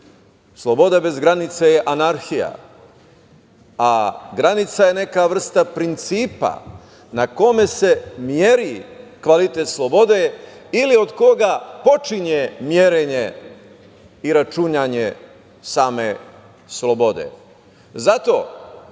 sloboda bez granice je anarhija. Granica je neka vrsta principa, na kome se meri kvalitet slobode ili od koga počinje merenje i računanje same slobode. Zato,